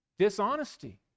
dishonesty